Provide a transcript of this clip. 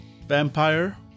vampire